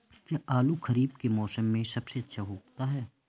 क्या आलू खरीफ के मौसम में सबसे अच्छा उगता है?